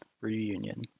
reunion